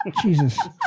Jesus